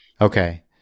Okay